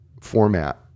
format